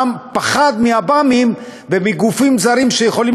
העם פחד מעב"מים ומגופים זרים שיכולים